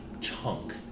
chunk